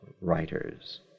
writers